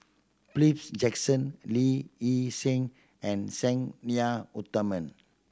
Philips Jackson Lee Hee Seng and Sang Nila Utama